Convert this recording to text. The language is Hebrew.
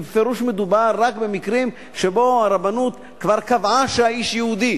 אלא בפירוש מדובר רק במקרים שבהם הרבנות כבר קבעה שהאיש יהודי